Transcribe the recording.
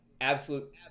absolute